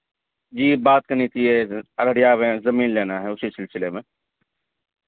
جی بات کرنی تھی یہ اردیا میں زمین لینا ہے اسی سلسلے میں